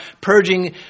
purging